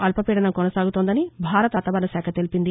అల్పపీదనం కొనసాగుతోందని భారత వాతావరణ శాఖ తెలిపింది